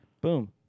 Boom